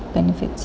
benefits